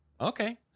Okay